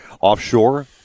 offshore